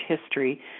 history